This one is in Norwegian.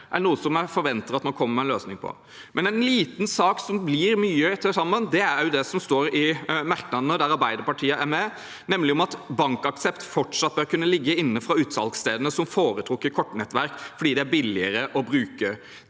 er noe jeg forventer at man kommer med en løsning på. En liten sak – som blir mye til sammen – er jo likevel det som står i merknadene som Arbeiderpartiet er med på, nemlig at BankAxept fortsatt bør kunne ligge inne fra utsalgsstedene som foretrukket kortnettverk, fordi det er billigere å bruke.